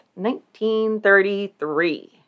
1933